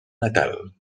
natal